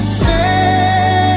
say